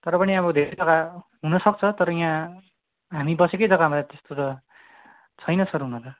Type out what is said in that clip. तर पनि अब धेरै जग्गा हुनसक्छ तर यहाँ हामी बसेकै जग्गामा त्यस्तो त छैन सर हुन त